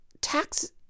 tax